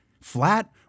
flat